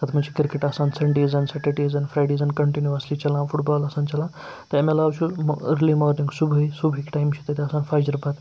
تَتھ منٛز چھِ کِرکَٹ آسان سَنڈیزَن سیٚٹَڈیزَن فرٛیڈیزَن کَنٹِنیوٗسلی چَلان فُٹ بال آسان چَلان تَمہِ علاوٕ چھُ أرلی مارنِنٛگ صُبحٲے صُبحٕکہِ ٹایم چھِ تَتہِ آسان فَجر پَتہٕ